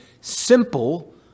simple